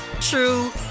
true